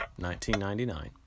1999